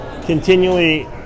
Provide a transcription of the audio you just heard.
continually